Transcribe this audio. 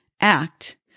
act